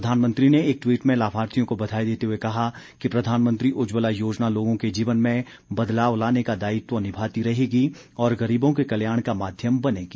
प्रधानमंत्री ने एक ट्वीट में लाभार्थियों को बधाई देते हुए कहा कि प्रधानमंत्री उज्ज्जवला योजना लोगों के जीवन में बदलाव लाने का दायित्व निभाती रहेगी और गरीबों के कल्याण का माध्यम बनेगी